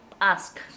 ask